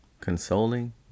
Consoling